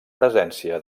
presència